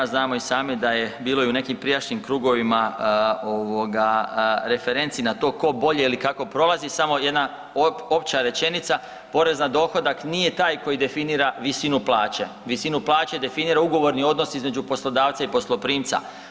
Znamo i sami da je bilo i u nekim prijašnjim krugovima ovoga referenci na to ko bolje ili kako prolazi samo jedna opća rečenica, porez na dohodak nije taj koji definira visinu plaće, visinu plaće definira ugovorni odnos između poslodavca i posloprimca.